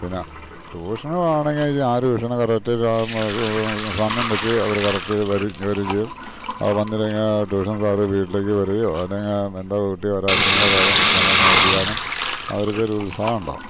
പിന്നെ ട്യൂഷന് വേണങ്കിൽ ആ ട്യൂഷന് കറക്റ്റയിട്ട് സമയം വെച്ച് അവർ കറക്റ്റായിട്ട് അവർ വരെ ചെയ്യും ആ വന്നില്ലെങ്കിൽ ആ ട്യൂഷൻ സാറ് വീട്ടിലേക്ക് വരെയോ അല്ലെങ്കിൽ എന്താ കുട്ടി വരാത്തത് എന്നുള്ള കാര്യം വന്ന് അന്വേഷിക്കാനും അവർക്ക് ഒരു ഉത്സാഹോണ്ടാവും